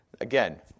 Again